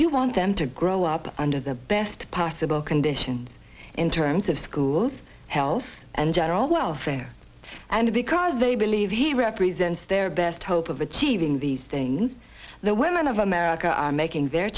you want them to grow up under the best possible condition in terms of schools health and general welfare and because they believe he represents their best hope of achieving these things the women of america are making their